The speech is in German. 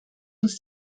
uns